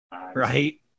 right